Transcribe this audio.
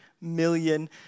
million